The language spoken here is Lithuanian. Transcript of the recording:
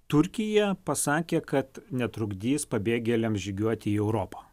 turkija pasakė kad netrukdys pabėgėliams žygiuoti į europą